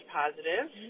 positive